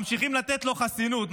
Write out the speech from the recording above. ממשיכים לתת לו חסינות,